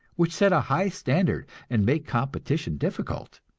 which set a high standard and make competition difficult.